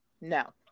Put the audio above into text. No